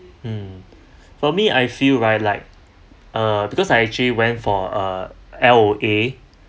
mm for me I feel ah like uh because I actually went for uh L_O_A